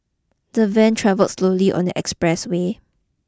the van travelled slowly on the express way